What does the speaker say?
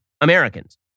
Americans